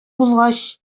булгач